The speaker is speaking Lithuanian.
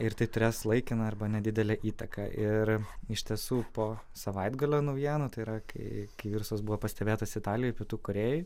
ir tai turės laikiną arba nedidelę įtaką ir iš tiesų po savaitgalio naujienų tai yra kai kai virusas buvo pastebėtas italijoj pietų korėjoj